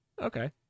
Okay